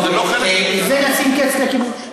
טוב, לשים קץ לכיבוש.